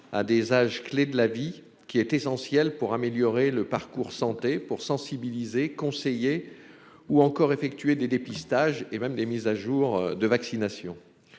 à des âges clés de la vie qui est essentiel pour améliorer le parcours santé pour sensibiliser conseiller ou encore effectuer des dépistages et même les mises à jour de vaccination